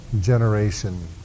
generation